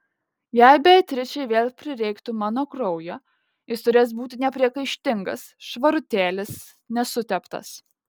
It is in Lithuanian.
jei beatričei vėl prireiktų mano kraujo jis turės būti nepriekaištingas švarutėlis nesuteptas